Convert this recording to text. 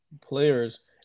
players